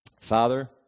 Father